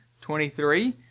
Twenty-three